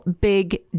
big